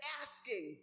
asking